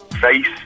face